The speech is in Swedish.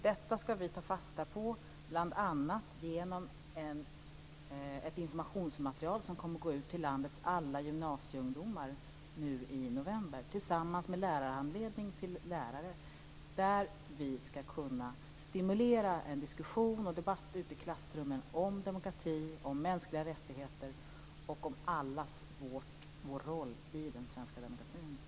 Detta ska vi ta fasta på bl.a. genom ett informationsmaterial som kommer att gå ut till landets alla gymnasieungdomar i november tillsammans med en lärarhandledning till lärare. Vi ska stimulera en diskussion och debatt i klassrummen om demokrati, om mänskliga rättigheter och om allas vår roll i den svenska demokratin.